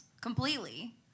completely